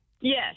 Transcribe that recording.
Yes